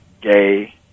gay